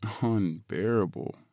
unbearable